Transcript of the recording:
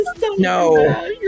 no